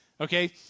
Okay